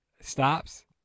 stops